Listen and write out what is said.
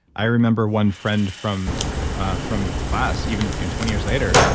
i remember one friend from ah from class, even twenty years later,